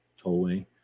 tollway